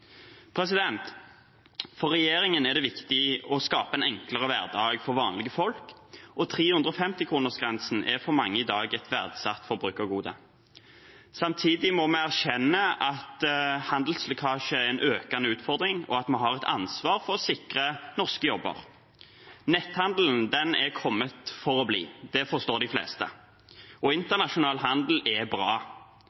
For regjeringen er det viktig å skape en enklere hverdag for vanlige folk, og 350-kronersgrensen er for mange i dag et verdsatt forbrukergode. Samtidig må vi erkjenne at handelslekkasje er en økende utfordring, og at vi har et ansvar for å sikre norske jobber. Netthandelen er kommet for å bli; det forstår de fleste.